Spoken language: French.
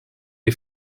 les